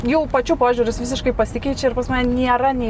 jau pačių požiūris visiškai pasikeičia ir pas mane nėra nei